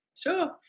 Sure